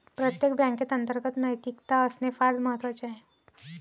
प्रत्येक बँकेत अंतर्गत नैतिकता असणे फार महत्वाचे आहे